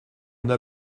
n’a